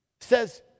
says